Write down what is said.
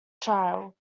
trial